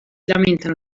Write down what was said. lamentano